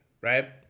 right